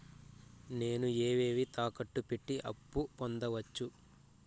నేను ఏవేవి తాకట్టు పెట్టి అప్పు పొందవచ్చు?